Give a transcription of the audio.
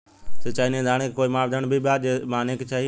सिचाई निर्धारण के कोई मापदंड भी बा जे माने के चाही?